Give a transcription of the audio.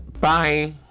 Bye